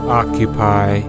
occupy